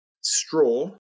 straw